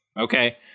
okay